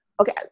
Okay